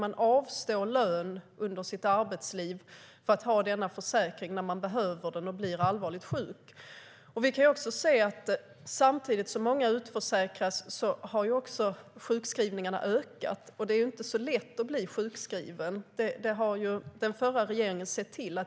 Man avstår lön under sitt arbetsliv för att ha denna försäkring när man behöver den och blir allvarligt sjuk. Vi kan också se att samtidigt som många utförsäkras har sjukskrivningarna också ökat. Det är inte så lätt att bli sjukskriven. Det har den förra regeringen sett till.